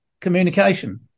communication